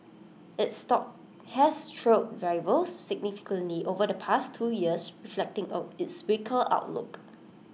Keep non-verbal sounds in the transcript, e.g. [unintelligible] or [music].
its stock has trailed rivals significantly over the past two years reflecting [unintelligible] its weaker outlook